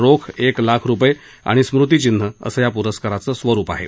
रोख एक लाख रुपये आणि स्मृतिचिन्ह असं या प्रस्काराचं स्वरूप आहे